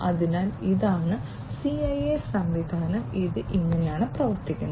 അതിനാൽ ഇതാണ് സിഐഎ സംവിധാനം ഇത് ഇങ്ങനെയാണ് പ്രവർത്തിക്കുന്നത്